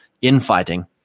infighting